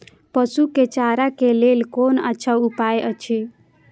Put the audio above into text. पशु के चारा के लेल कोन अच्छा उपाय अछि?